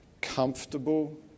comfortable